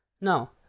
Now